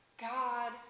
God